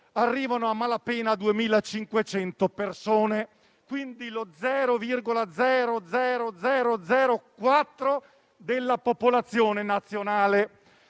arrivano a malapena 2.500 persone, quindi lo 0,00004 per cento della popolazione nazionale.